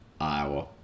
Iowa